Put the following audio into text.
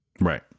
right